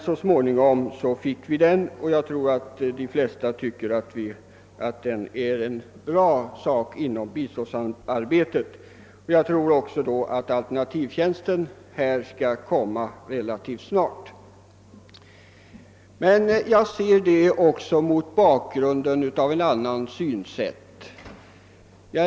Så småningom fick vi den emellertid, och jag tror att de flesta tycker att den är ett bra inslag i biståndsarbetet. Därför hoppas jag också att alternativtjänsten skall komma =<relativt snart. Till sist bara en annan anmärkning.